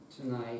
tonight